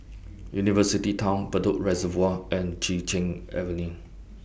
University Town Bedok Reservoir and Chin Cheng Avenue